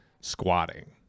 squatting